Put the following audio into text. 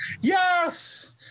yes